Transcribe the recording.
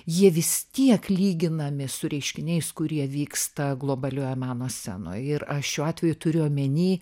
jie vis tiek lyginami su reiškiniais kurie vyksta globalioje meno scenoj ir aš šiuo atveju turiu omeny